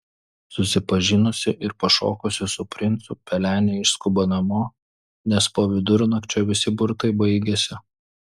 susipažinusi ir pašokusi su princu pelenė išskuba namo nes po vidurnakčio visi burtai baigiasi